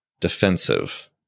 defensive